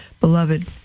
beloved